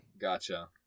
gotcha